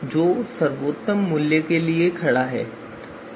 तो पहली विधि में आभासी आदर्श विकल्प का निर्माण इस तरह होगा